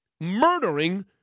Murdering